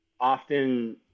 often